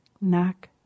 knock